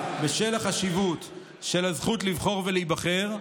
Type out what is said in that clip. בשל החשיבות של הזכות לבחור ולהיבחר,